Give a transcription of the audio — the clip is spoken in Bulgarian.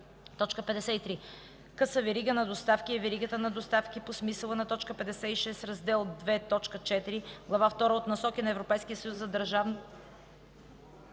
– 55: „53. „Къса верига на доставки” е верига на доставки по смисъла на т. 56, раздел 2.4, глава втора от „Насоки на Европейския съюз за държавната